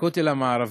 הכותל המערבי.